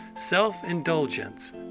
Self-indulgence